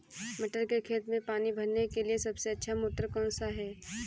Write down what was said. मटर के खेत में पानी भरने के लिए सबसे अच्छा मोटर कौन सा है?